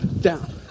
Down